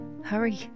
Hurry